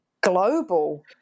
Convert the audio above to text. global